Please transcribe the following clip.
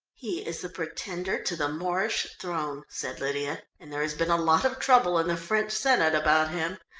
he is the pretender to the moorish throne, said lydia, and there has been a lot of trouble in the french senate about him.